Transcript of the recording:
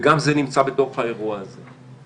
וגם זה נמצא בתוך האירוע הזה.